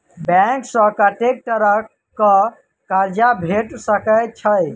Bank सऽ कत्तेक तरह कऽ कर्जा भेट सकय छई?